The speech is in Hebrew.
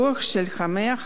רוח המאה ה-21.